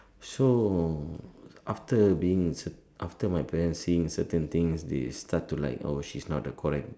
so after being after my parents seeing certain things they start to like oh she's not the correct